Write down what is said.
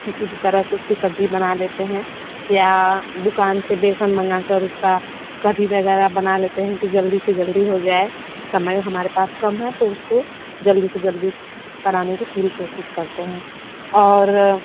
किसी भी तरह से उसकी सब्ज़ी बना लेते हैं या दुकान से बेसन मँगा कर उसका कढ़ी वगैरह बना लेते हैं कि जल्दी से जल्दी हो जाए समय हमारे पास कम है तो उसको जल्दी से जल्दी बनाने की पूरी कोशिश करते हैं और